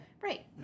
Right